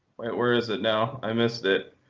where is it now? i missed it.